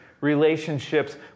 relationships